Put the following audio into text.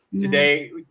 today